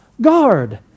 guard